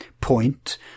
point